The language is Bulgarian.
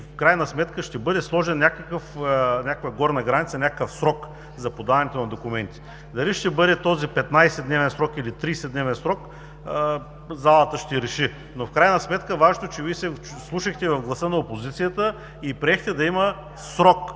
в крайна сметка ще бъде сложена някаква горна граница, някакъв срок за подаването на документи. Дали ще бъде този 15-дневен срок, или 30-дневен, залата ще реши. Важното е, че Вие се вслушахте в гласа на опозицията и приехте като